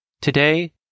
Today